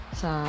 sa